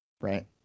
right